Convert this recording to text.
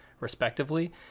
respectively